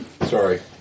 Sorry